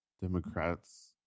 Democrats